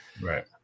right